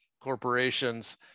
corporations